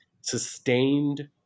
Sustained